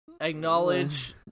acknowledge